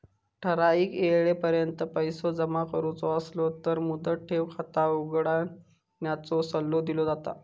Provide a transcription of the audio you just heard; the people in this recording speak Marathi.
ठराइक येळेपर्यंत पैसो जमा करुचो असलो तर मुदत ठेव खाता उघडण्याचो सल्लो दिलो जाता